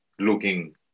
looking